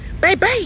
baby